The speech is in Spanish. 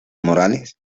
morales